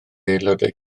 aelodau